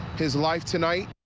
his life tonight.